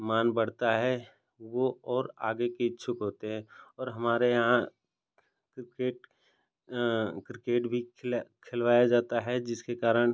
मान बढ़ता है वह और आगे के इच्छुक होते हैं और हमारे यहाँ क्रिकेट क्रिकेट भी खेला खेलवाया जाता है जिसके कारण